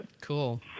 Cool